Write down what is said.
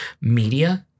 media